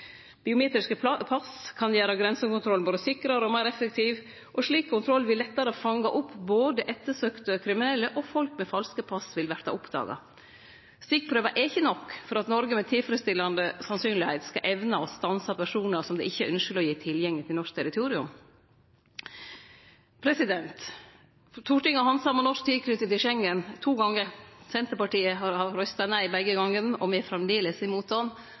Biometriske pass kan gjere grensekontrollen både sikrare og meir effektiv. Slik kontroll vil lettare fange opp ettersøkte kriminelle, og folk med falske pass vil verte oppdaga. Stikkprøver er ikkje nok for at Noreg med tilfredsstillande sannsyn skal evne å stanse personar som det ikkje er ynskjeleg å gi tilgjenge til norsk territorium. Stortinget har handsama norsk tilknyting til Schengen to gonger. Senterpartiet har røysta nei begge gongene, me er framleis imot avtalen, og historia kjem til å vise at Senterpartiet har hatt den rette haldninga i